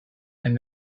and